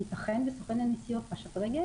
יתכן שסוכן הנסיעות פשט רגל,